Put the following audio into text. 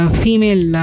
female